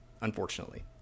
unfortunately